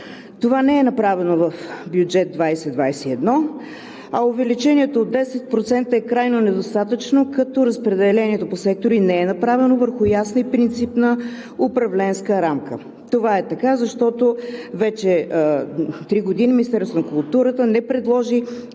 Това не е направено в бюджет 2021 г., а увеличението от 10% е крайно недостатъчно, като разпределението по сектори не е направено върху ясна и принципна управленска рамка. Това е така, защото вече три години Министерството на културата не предложи